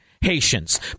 Haitians